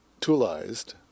toolized